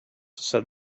said